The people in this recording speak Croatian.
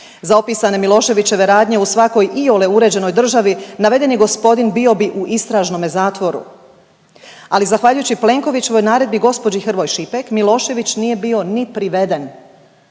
Za opisane Miloševićeve radnje u svakoj iole uređenoj državi navedeni gospodin bio bi u istražnome zatvoru, ali zahvaljujući Plenkovićevoj naredbi gospođi Hrvoj Šipek Milošević nije bio ni priveden.